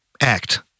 act